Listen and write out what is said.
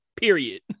period